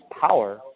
power